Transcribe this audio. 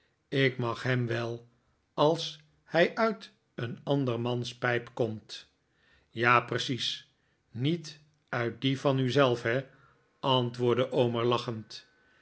ik mag hem wel als hij uit een andermans pijp komt ja precies niet uit die van u zelf he antwoordde omer lachend